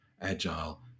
Agile